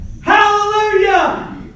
Hallelujah